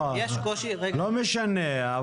לא משנה.